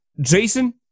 Jason